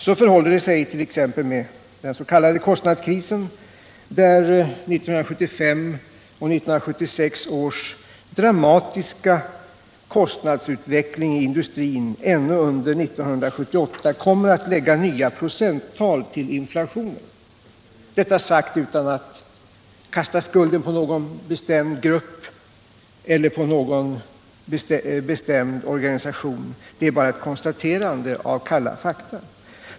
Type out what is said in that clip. Så förhåller det sig exempelvis med den s.k. kostnadskrisen, där 1975 och 1976 års dramatiska kostnadsutveckling i industrin ännu under 1978 kommer all lägga nya procenttal till inflationen. Detta sagt utan att kasta skulden på någon bestämd grupp eller på någon bestämd organisation. Det är bara ett konstaterande av kalla fakta.